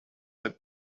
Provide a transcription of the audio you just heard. had